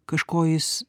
kažko jis